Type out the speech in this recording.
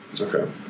okay